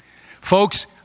Folks